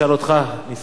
חבר הכנסת זאב,